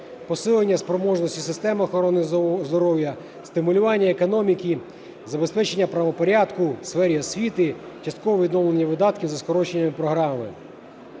посилення спроможності системи охорони здоров'я, стимулювання економіки, забезпечення правопорядку в сфері освіти, часткове відновлення видатків за скороченою програмою.